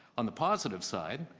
on the positive side,